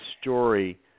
story